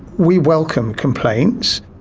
we welcome complaints.